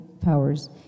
powers